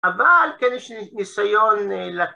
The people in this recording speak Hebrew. אבל כן יש ניסיון